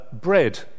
Bread